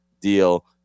deal